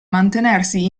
mantenersi